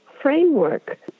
framework